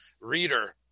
reader